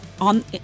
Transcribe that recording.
on